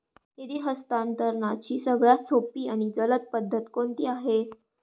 निधी हस्तांतरणाची सगळ्यात सोपी आणि जलद पद्धत कोणती आहे?